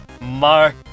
Mark